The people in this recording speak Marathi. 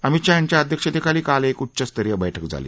अमित शाह यांच्या अध्यक्षतेखाली काल एक उच्चस्तरीय बैठक झाली